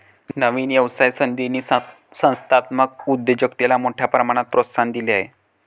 नवीन व्यवसाय संधींनी संस्थात्मक उद्योजकतेला मोठ्या प्रमाणात प्रोत्साहन दिले आहे